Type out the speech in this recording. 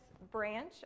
branch